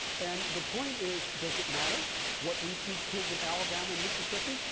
and the point is, does it matter what we teach kids in alabama and mississippi?